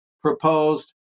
proposed